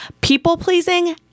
people-pleasing